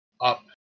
up